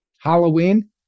Halloween